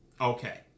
Okay